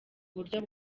buryo